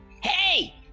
Hey